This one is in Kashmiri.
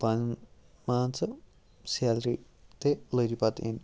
پَنُن مان ژٕ سیلری تہِ لٔجۍ پَتہٕ یِنۍ